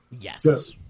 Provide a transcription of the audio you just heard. Yes